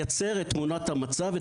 לייצר את תמונת המצב,